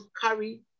carry